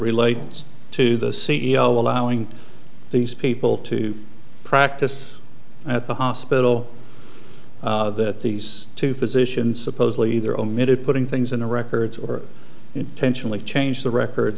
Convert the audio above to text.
relates to the c e o allowing these people to practice at the hospital that these two physicians supposedly either omitted putting things in the records or intentionally changed the record